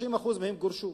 90% מהם גורשו,